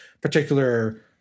particular